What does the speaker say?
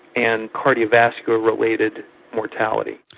and cardiovascular related mortality.